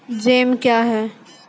Jam क्या हैं?